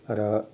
र